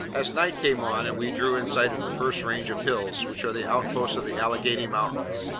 as night came on, and we drew in sight of the first range of hills, which are the outposts of the alleghany mountains,